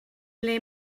ble